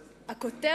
הכנסת,